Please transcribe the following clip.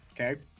okay